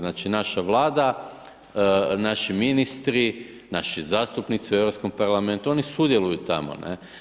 Znači naša vlada, naši ministri, naši zastupnici u Europskom parlamentu, oni sudjeluju tamo, ne.